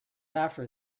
after